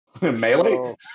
Melee